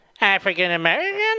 african-american